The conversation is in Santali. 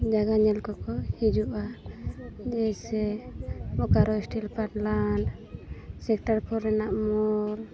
ᱡᱟᱭᱜᱟ ᱧᱮᱞ ᱠᱚᱠᱚ ᱦᱤᱡᱩᱜᱼᱟ ᱡᱮᱭᱥᱮ Bokaro steel plant sector four ᱨᱮᱱᱟᱜ ᱢᱚᱞ